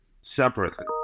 separately